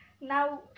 now